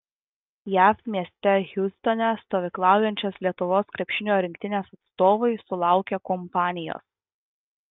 jav mieste hjustone stovyklaujančios lietuvos krepšinio rinktinės atstovai sulaukė kompanijos